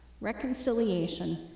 reconciliation